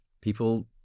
people